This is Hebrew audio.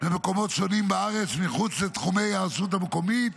במקומות שונים בארץ מחוץ לתחומי הרשות המקומית